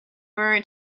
were